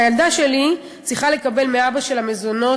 הילדה שלי צריכה לקבל מאבא שלה מזונות,